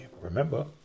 Remember